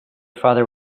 father